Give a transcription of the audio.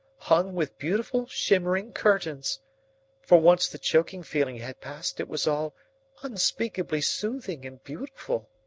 hung with beautiful, shimmering curtains for, once the choking feeling had passed, it was all unspeakably soothing and beautiful.